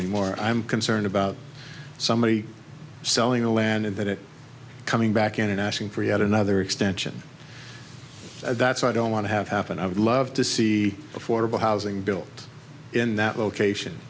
anymore i'm concerned about somebody selling the land and that it coming back in and asking for yet another extension that's i don't want to have happen i would love to see affordable housing built in that location